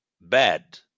bad